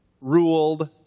Ruled